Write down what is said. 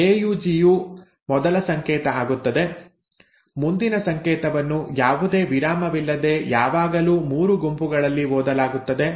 AUG U ಮೊದಲ ಸಂಕೇತ ಆಗುತ್ತದೆ ಮುಂದಿನ ಸಂಕೇತವನ್ನು ಯಾವುದೇ ವಿರಾಮವಿಲ್ಲದೆ ಯಾವಾಗಲೂ 3 ಗುಂಪುಗಳಲ್ಲಿ ಓದಲಾಗುತ್ತದೆ